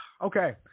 Okay